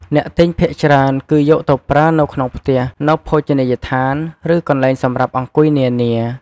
អ្នកទិញភាគច្រើនគឺយកទៅប្រើនៅក្នុងផ្ទះ នៅភោជនីយដ្ឋាន ឬកន្លែងសម្រាប់អង្គុយនានា។